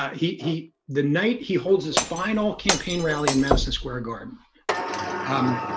he he the night he holds his final campaign rally in madison square garden um,